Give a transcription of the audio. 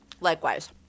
likewise